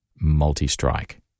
multi-strike